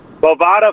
Bovada